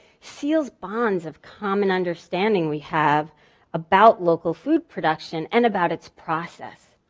seals bonds of common understanding we have about local food production and about its process.